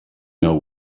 know